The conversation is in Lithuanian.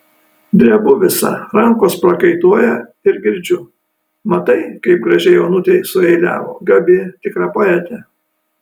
drebu visa rankos prakaituoja ir girdžiu matai kaip gražiai onutė sueiliavo gabi tikra poetė